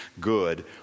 good